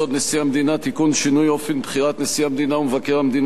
שינוי אופן בחירת נשיא המדינה ומבקר המדינה) פ/4351/18,